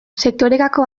sektorekako